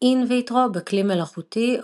אין ויטרו - בכלי מלאכותי,